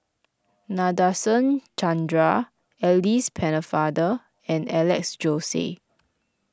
Nadasen Chandra Alice Pennefather and Alex Josey